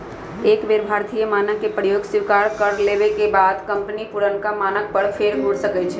एक बेर भारतीय मानक के प्रयोग स्वीकार कर लेबेके बाद कंपनी पुरनका मानक पर फेर घुर सकै छै